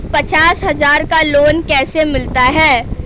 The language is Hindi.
पचास हज़ार का लोन कैसे मिलता है?